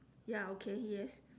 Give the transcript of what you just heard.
ya okay yes